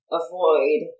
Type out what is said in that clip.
avoid